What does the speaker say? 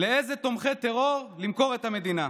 לאיזה תומכי טרור למכור את המדינה?